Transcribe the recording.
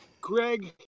Greg